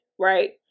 Right